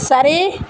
சரி